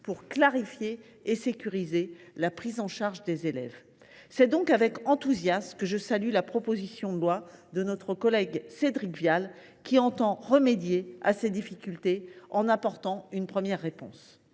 pour clarifier et sécuriser la prise en charge des élèves. C’est donc avec enthousiasme que je salue la proposition de loi de notre collègue Cédric Vial, qui entend remédier à ces difficultés, en apportant une première réponse.